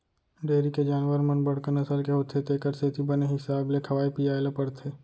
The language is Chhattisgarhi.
डेयरी के जानवर मन बड़का नसल के होथे तेकर सेती बने हिसाब ले खवाए पियाय ल परथे